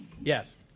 Yes